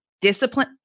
discipline